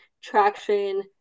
traction